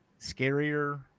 scarier